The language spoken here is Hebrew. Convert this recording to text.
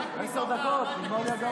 שלמה, עשר דקות, נגמר לי הגרון.